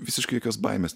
visiškai jokios baimės